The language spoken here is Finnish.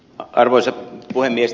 arvoisa puhemies